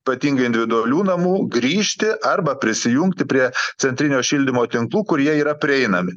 patingai individualių namų grįžti arba prisijungti prie centrinio šildymo tinklų kurie yra prieinami